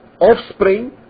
offspring